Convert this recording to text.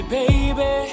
baby